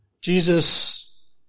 Jesus